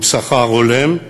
עם שכר הולם,